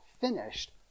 finished